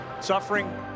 suffering